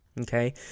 Okay